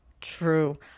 True